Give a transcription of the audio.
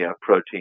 protein